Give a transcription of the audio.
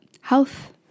health